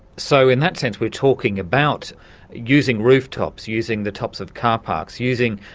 so in that sense, we're talking about using rooftops, using the tops of car-parks, using,